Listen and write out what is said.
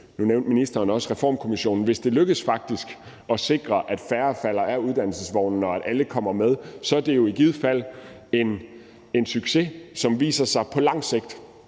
nu nævnte ministeren også Reformkommissionen – at hvis det lykkes at sikre, at færre falder af uddannelsesvognen, og at alle kommer med, så er det jo i givet fald en succes, som viser sig på lang sigt.